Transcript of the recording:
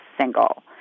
single